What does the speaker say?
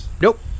nope